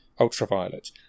Ultraviolet